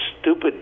stupid